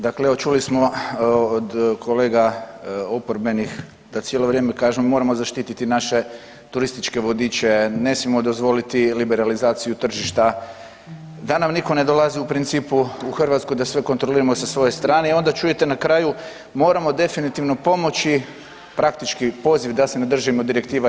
Dakle evo čuli smo od kolega oporbenih da cijelo vrijeme kažemo moramo zaštiti naše turističke vodiče, ne smijemo dozvoliti liberalizaciju tržišta, da nam nitko ne dolazi u principu u Hrvatsku da sve kontroliramo i sa svoje strane i onda čujete na kraju moramo definitivno pomoći, praktički poziv da se ne držimo direktiva EU.